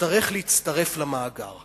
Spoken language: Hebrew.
יצטרך להצטרף למאגר.